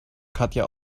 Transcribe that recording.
katja